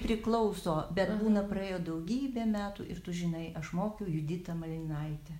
priklauso bet būna praėjo daugybė metų ir tu žinai aš mokiau juditą malininaitę